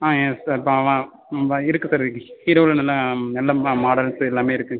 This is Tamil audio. ஆமாம் யெஸ் சார் இருக்கு சார் ஹீரோவில நல்ல நல்ல மா மாடல்சு எல்லாமே இருக்கு